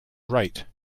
right